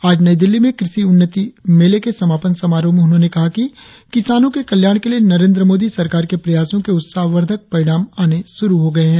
आज नई दिल्ली में कृषि उन्नति मेले के समापन समारोह में उन्होंने कहा कि किसानों के कल्याण के लिए नरेंद्र मोदी सरकार के प्रयासों के उत्साहवर्धक परिणाम आने शुरु हो गये है